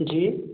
जी